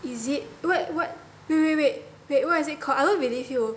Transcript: is it wait what wait wait wait wait what is it called I don't believe you